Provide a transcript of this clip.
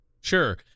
Sure